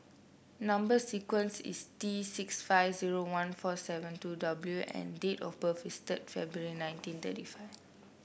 number sequence is T six five zero one four seven two W and date of birth is third February nineteen thirty five